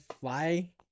fly